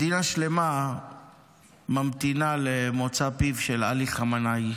מדינה שלמה ממתינה למוצא פיו של עלי חמינאי,